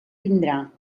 vindrà